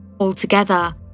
Altogether